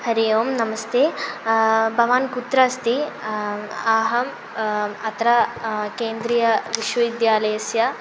हरि ओं नमस्ते भवान् कुत्र अस्ति अहम् अत्र केन्द्रीयविश्वविद्यालयस्य